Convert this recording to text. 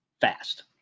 fast